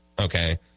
Okay